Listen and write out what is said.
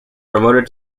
promoted